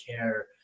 care